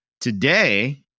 Today